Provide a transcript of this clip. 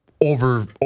over